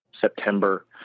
September